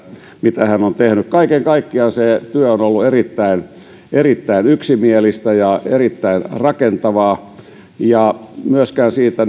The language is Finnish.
mitä hän on tehnyt kaiken kaikkiaan se työ on ollut erittäin yksimielistä ja erittäin rakentavaa ja siitä